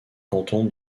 canton